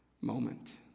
moment